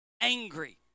angry